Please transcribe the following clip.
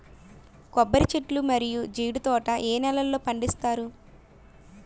కొబ్బరి చెట్లు మరియు జీడీ తోట ఏ నేలల్లో పండిస్తారు?